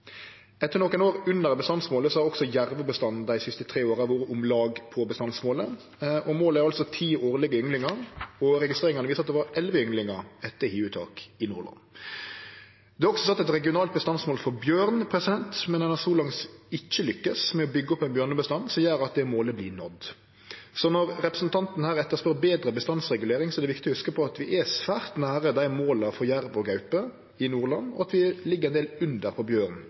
Etter nokre år under bestandsmålet har også jervebestanden dei siste tre åra vore om lag på bestandsmålet. Målet er altså ti årlege ynglingar, og registreringane viste at det var elleve ynglingar etter hiuttak i Nordland. Det er også sett eit regionalt bestandsmål for bjørn, men ein har så langt ikkje lukkast med å byggje opp ein bjørnebestand som gjer at det målet vert nådd. Så når representanten Mossleth her etterspør betre bestandsregulering, er det viktig å hugse på at vi er svært nær dei måla for jerv og gaupe i Nordland, og at vi ligg ein del under når det gjeld bjørn